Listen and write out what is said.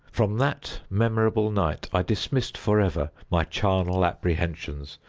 from that memorable night, i dismissed forever my charnel apprehensions,